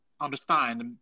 understand